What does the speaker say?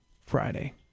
Friday